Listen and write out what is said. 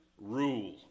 rule